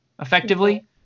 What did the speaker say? effectively